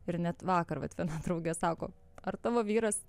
ir net vakar vat viena draugė sako ar tavo vyras